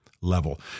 level